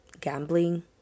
gambling